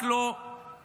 רק לא במשרדם.